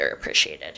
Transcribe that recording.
underappreciated